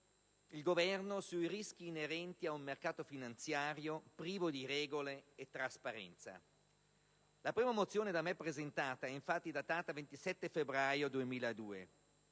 il Governo sui rischi inerenti ad un mercato finanziario privo di regole e di trasparenza. La prima mozione da me presentata è infatti datata 27 febbraio 2002